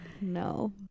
No